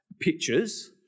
pictures